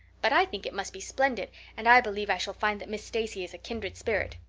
but i think it must be splendid and i believe i shall find that miss stacy is a kindred spirit.